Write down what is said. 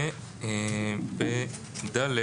ובפסקה (ד),